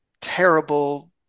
terrible